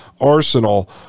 arsenal